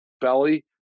Belly